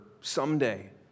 someday